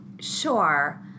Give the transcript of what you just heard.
Sure